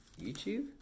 YouTube